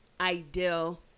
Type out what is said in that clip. ideal